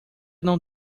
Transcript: não